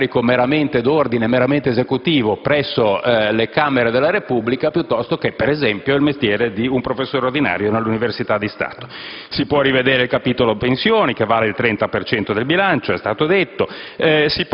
un incarico meramente d'ordine, meramente esecutivo presso le Camere della Repubblica, piuttosto che per esempio il mestiere di un professore ordinario nell'università di Stato. Si può rivedere il capitolo pensioni, che vale il 30 per cento del bilancio, com'è stato detto.